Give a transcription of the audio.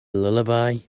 lullaby